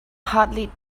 hardly